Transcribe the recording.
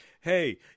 hey